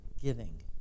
Giving